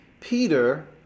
Peter